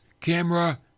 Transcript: camera